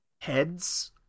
heads